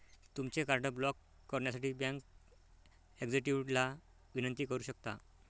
तुमचे card block करण्यासाठी bank एक्झिक्युटिव्हला विनंती करू शकता